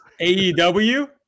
AEW